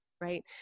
right